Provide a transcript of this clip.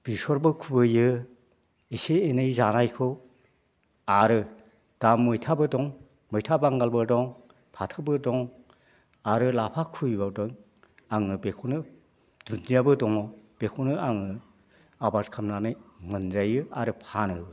बेसरबो खुबैयो एसे एनै जानायखौ आरो दा मैथाबो दं मैथा बांगालबो दं फाथोबो दं आरो लाफा फुयोबावदों आङो बेखौनो दुन्दियाबो दङ बेखौनो आं आबाद खालामनानै मोनजायो आरो फानो